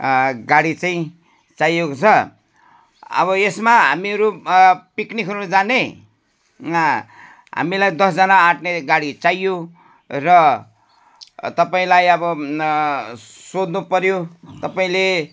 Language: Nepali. गाडी चाहिँ चाहिएको छ अब यसमा हामीहरू पिक्निक खेल्नु जानेँ हामीलाई दसजना आँट्ने गाडी चाहियो र तपाईँलाई अब सोध्नुपऱ्यो तपाईँले